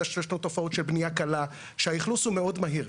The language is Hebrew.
יש לנו של בנייה קלה, שהאכלוס הוא מאוד מהיר.